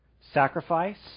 sacrifice